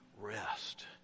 rest